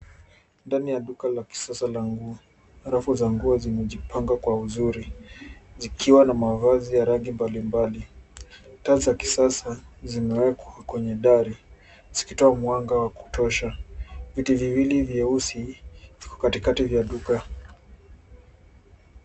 Ndani ya duka la kisasa la nguo. Rafu za nguo zimejipanga kwa uzuri. Zikiwa na mavazi ya rangi mbalimbali. Taa za kisasa zimewekwa kwenye dari zikitowa mwanga wa kutosha. Vitu viwili vyeusi viko katikati ya duka.